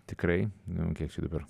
tikrai nu kiek čia dabar